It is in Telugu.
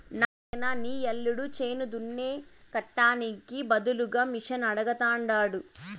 నాయనా నీ యల్లుడు చేను దున్నే కట్టానికి బదులుగా మిషనడగతండాడు